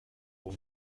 pour